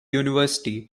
university